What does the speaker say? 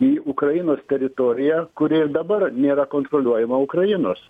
į ukrainos teritoriją kuri dabar nėra kontroliuojama ukrainos